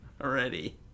already